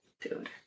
Dude